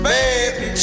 Baby